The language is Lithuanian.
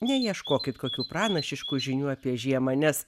neieškokit kokių pranašiškų žinių apie žiemą nes